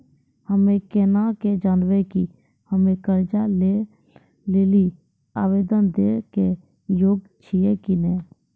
हम्मे केना के जानबै कि हम्मे कर्जा लै लेली आवेदन दै के योग्य छियै कि नै?